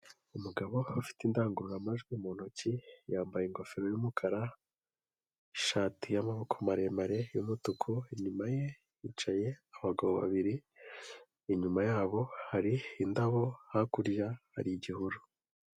Umugabo ufite indangururamajwi mu ntoki. Yambaye ingofero y'umukara, ishati y'amaboko maremare y'umutuku. Inyuma ye hicaye abagabo babiri. Inyuma yabo hari indabo, hakurya hari igihuru.